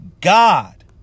God